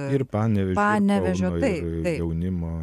ir panevėžio kauno